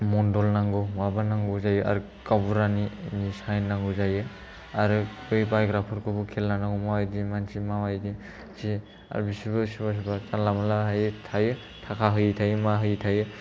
मनदल नांगौ माबा नांगौ जायो आर गावबुरानि साइन नांगौ जायो आरो बै बायग्राफोरखौबो खेल लानांगौ माबायदि मानसि माबायदि जे आरो बिसोरबो सोरबा सोरबा जानला मोनला थायो थाखा होयै थायो मा होयै थायो